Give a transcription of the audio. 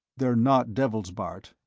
they're not devils, bart,